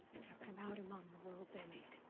it took them out among the world they made.